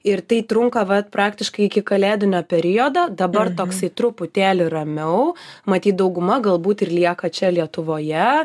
ir tai trunka vat praktiškai iki kalėdinio periodo dabar toksai truputėlį ramiau matyt dauguma galbūt ir lieka čia lietuvoje